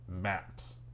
maps